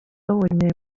babonye